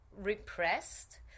repressed